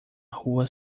rua